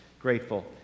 grateful